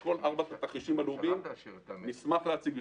את כל ארבעת התרחישים הלאומיים נשמח להציג בפניכם.